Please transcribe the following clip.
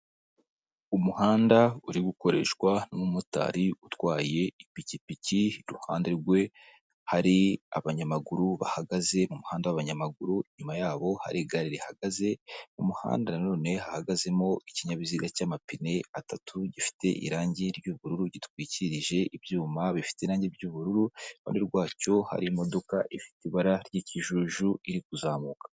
Umuhanda uri gukoreshwa n'umumotari utwaye ipikipiki, iruhande rwe hari abanyamaguru bahagaze mu muhanda wabanyamaguru, inyuma yabo hari igare rihagaze, mu muhanda na none hahagazemo ikinyabiziga cy'amapine atatu gifite irangi ry'ubururu gitwikirije ibyuma bifite irangi ry'ubururu, iruhande rwacyo harimo imodoka ifite ibara ry'ikijuju iri kuzamuka.